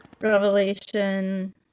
Revelation